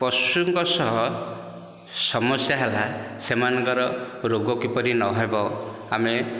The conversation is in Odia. ପଶୁଙ୍କ ସହ ସମସ୍ୟା ହେଲା ସେମାନଙ୍କର ରୋଗ କିପରି ନ ହେବ ଆମେ